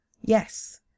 Yes